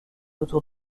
autour